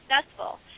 successful